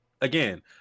again